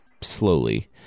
slowly